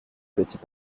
petits